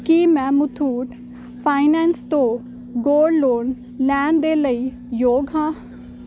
ਕੀ ਮੈਂ ਮੁਥੂਟ ਫਾਈਨੈਂਸ ਤੋਂ gold loan ਲੈਣ ਦੇ ਲਈ ਯੋਗ ਹਾਂ